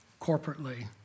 corporately